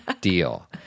deal